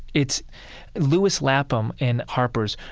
it's louis lapham, in harper's,